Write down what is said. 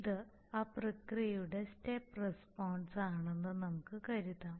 ഇത് ആ പ്രക്രിയയുടെ സ്റ്റെപ്പ് റസ്പോൺസ് ആണെന്ന് നമുക്ക് കരുതാം